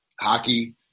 hockey